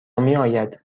میآید